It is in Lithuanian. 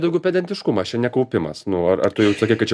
daugiau pedantiškumas čia ne kaupimas nu ar ar tu jau sakai kad čia